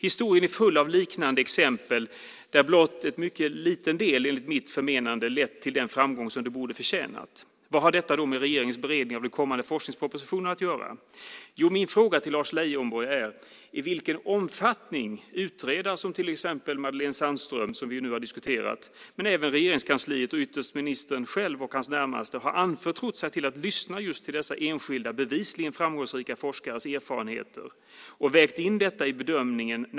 Historien är full av liknande exempel där blott en mycket liten del enligt mitt förmenande har lett till den framgång som det borde ha förtjänat. Vad har detta då med regeringens kommande forskningsproposition att göra? Min fråga till Lars Leijonborg är i vilken omfattning utredare som till exempel Madelene Sandström, som vi nu har diskuterat, men även Regeringskansliet och ytterst ministern själv och hans närmaste har anförtrotts att lyssna till dessa enskilda bevisligen framgångsrika forskares erfarenheter och vägt in detta i bedömningen.